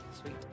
Sweet